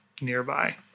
nearby